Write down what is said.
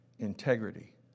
Integrity